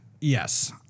Yes